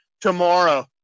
tomorrow